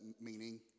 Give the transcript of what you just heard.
meaning